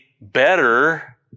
better